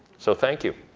so thank you.